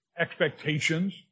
expectations